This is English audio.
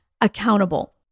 accountable